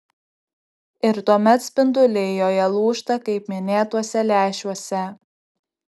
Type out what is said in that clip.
ir tuomet spinduliai joje lūžta kaip minėtuose lęšiuose